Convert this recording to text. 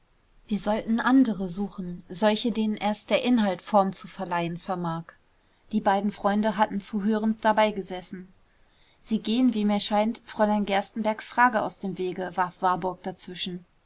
wir sollten andere suchen solche denen erst der inhalt form zu verleihen vermag die beiden freunde hatten zuhörend dabeigesessen sie gehen wie mir scheint fräulein gerstenbergks frage aus dem wege warf warburg dazwischen